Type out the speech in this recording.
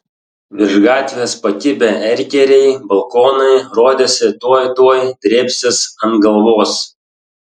virš gatvės pakibę erkeriai balkonai rodėsi tuoj tuoj drėbsis ant galvos